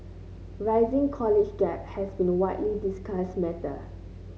rising college debt has been a widely discussed matter